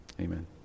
Amen